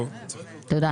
תודה.